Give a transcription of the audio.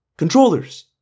Controllers